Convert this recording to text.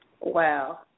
Wow